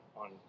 on